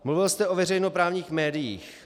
Mluvil jste o veřejnoprávních médiích.